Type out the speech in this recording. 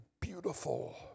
beautiful